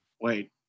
Wait